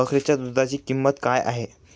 बकरीच्या दूधाची किंमत काय आहे?